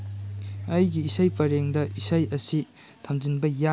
ꯑꯩꯒꯤ ꯏꯁꯩ ꯄꯔꯦꯡꯗ ꯏꯁꯩ ꯑꯁꯤ ꯊꯝꯖꯤꯟꯕ ꯌꯥꯏ